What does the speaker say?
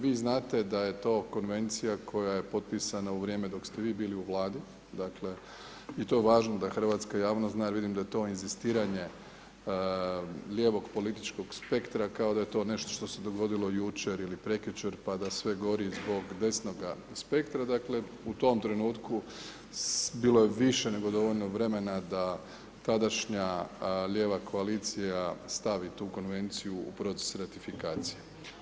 Vi znate da je konvencija koja je potpisana u vrijeme dok ste vi bili u Vladi, dakle i to je važno da hrvatska javnost zna jer vidim da to inzistiranje lijevog političkog spektra kao da je to nešto što se dogodilo jučer ili prekjučer pa da sve gori zbog desnoga spektra, dakle u tom trenutku bilo je više nego dovoljno vremena da tadašnja lijeva koalicija stavi tu konvenciju u proces ratifikacije.